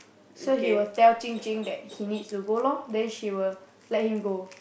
so he will tell Qing Qing that he needs to go lor then she will let him go